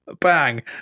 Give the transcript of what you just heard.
bang